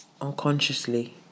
unconsciously